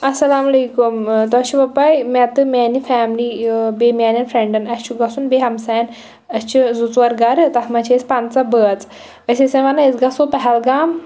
اَلسَلامُ علیکُم ٲں تۄہہِ چھُوا پَے مےٚ تہٕ میٛانہِ فیملی ٲں بیٚیہِ میٛانیٚن فرٛیٚنٛڈَن اسہِ چھُ گژھُن بیٚیہِ ہمسایَن اسۍ چھِ زٕ ژور گھرٕ تَتھ منٛز چھِ أسۍ پَنٛژاہ بٲژ أسۍ ٲسۍ وۄنۍ وَنان أسۍ گژھو پہلگام